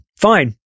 fine